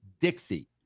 Dixie